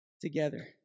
together